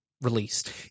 released